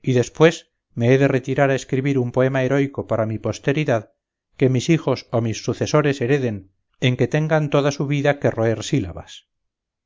y después me he de retirar a escribir un poema heroico para mi posteridad que mis hijos o mis sucesores hereden en que tengan toda su vida que roer sílabas